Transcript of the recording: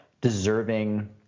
deserving